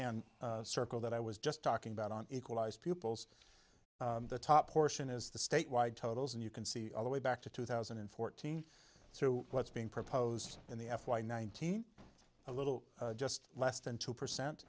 hand circle that i was just talking about on equalize pupils the top portion is the statewide totals and you can see all the way back to two thousand and fourteen through what's being proposed in the f y nineteen a little just less than two percent